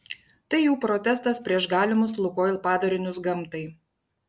tai jų protestas prieš galimus lukoil padarinius gamtai